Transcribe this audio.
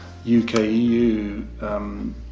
UK-EU